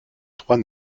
trois